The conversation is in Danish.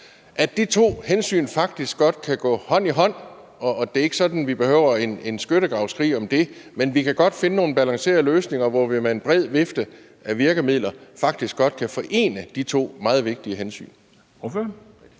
at de to hensyn faktisk godt kan gå hånd i hånd, og at det ikke er sådan, at vi behøver at føre en skyttegravskrig om det, men at vi godt kan finde nogle balancerede løsninger, hvor vi med en bred vifte af virkemidler faktisk godt kan forene de to meget vigtige hensyn.